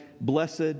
Blessed